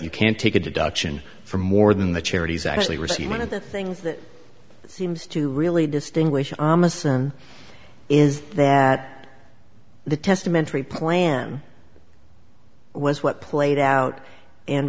you can't take a deduction for more than the charities actually receive one of the things that seems to really distinguish ahmanson is that the testamentary plan was what played out